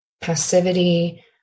passivity